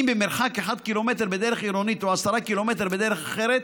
אם במרחק 1 ק"מ בדרך עירונית או 10 ק"מ בדרך אחרת